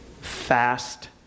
fast